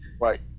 Right